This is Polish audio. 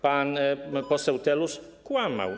Pan poseł Telus kłamał.